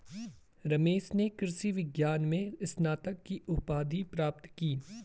रमेश ने कृषि विज्ञान में स्नातक की उपाधि प्राप्त की